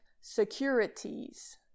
securities